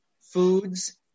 foods